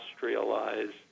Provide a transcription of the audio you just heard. industrialize